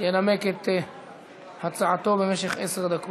ינמק את הצעתו במשך עשר דקות.